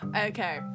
Okay